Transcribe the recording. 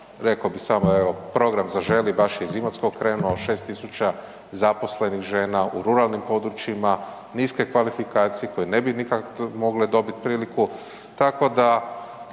Rekao bi samo evo program „Zaželi“ baš je iz Imotskih krenuo, 6.000 zaposlenih žena u ruralnim područjima, niske kvalifikacije koje ne bi nikad mogle dobiti priliku, tako da